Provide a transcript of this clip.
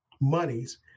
monies